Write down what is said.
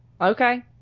okay